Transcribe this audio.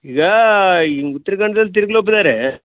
ಈಗ ಈ ಉತ್ರ ಕನ್ನಡ್ದಲ್ಲಿ ತಿರ್ಗ್ಲು ಹೋಪುದಾರೆ